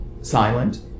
silent